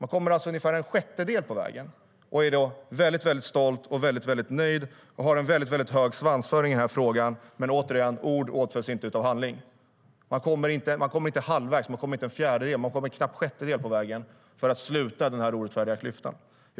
Man kommer alltså ungefär en sjättedel på vägen och är väldigt stolt och väldigt nöjd och har en hög svansföring i den här frågan. Men återigen: Ord åtföljs inte av handling. Man kommer inte halvvägs, man kommer inte en fjärdedel och man kommer knappt en sjättedel på vägen för att sluta den här orättfärdiga klyftan.